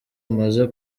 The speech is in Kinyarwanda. amaze